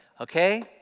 okay